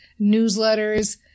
newsletters